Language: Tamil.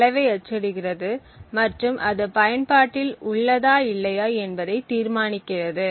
அளவை அச்சிடுகிறது மற்றும் அது பயன்பாட்டில் உள்ளதா இல்லையா என்பதை தீர்மானிக்கிறது